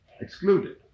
excluded